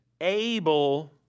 able